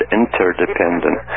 interdependent